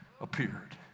appeared